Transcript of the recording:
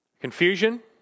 Confusion